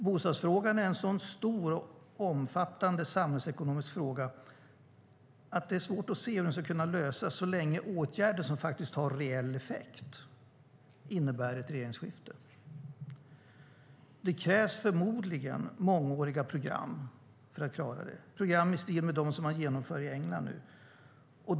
Bostadsfrågan är en så stor och omfattande samhällsekonomisk fråga att det är svårt att se hur den ska kunna lösas så länge det saknas åtgärder som har en reell effekt. Det innebär ett regeringsskifte. Förmodligen krävs det mångåriga program för att klara detta i stil med dem som man nu genomför i England.